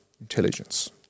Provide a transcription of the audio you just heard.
intelligence